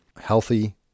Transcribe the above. healthy